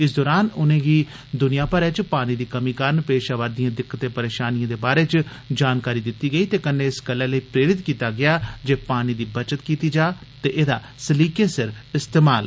इस दौरान उनेंगी दुनियां भरै च पानी दी कमी कारण पेश आवारदिएं दिक्कतें परेशानिएं दे बारै च जानकारी दित्ती गेई ते कन्नै इस गल्लै लेई प्रेरत कीत्ता गेया जे पानी दी बचत कीत्ती जा ते एदा सलीके सिर इस्तमाल बी